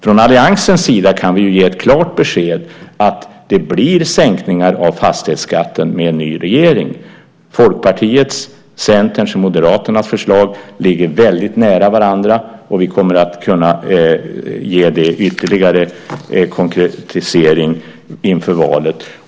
Från alliansens sida kan vi ge ett klart besked om att det blir sänkningar av fastighetsskatten med en ny regering. Folkpartiets, Centerns och Moderaternas förslag ligger väldigt nära varandra, och vi kommer att kunna ge en ytterligare konkretisering av det inför valet.